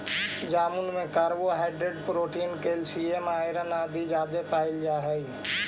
जामुन में carbohydrate protein calcium iron इत्यादि जादे पायल जा हई